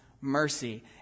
mercy